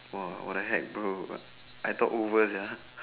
!wah! what the heck bro I thought over sia